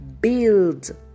build